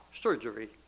surgery